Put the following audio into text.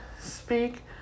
speak